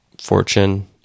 Fortune